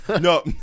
No